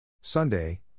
Sunday